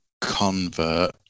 convert